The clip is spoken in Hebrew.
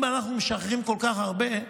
אם אנחנו משחררים כל כך הרבה,